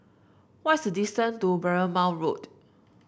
what's the distance to Bournemouth Road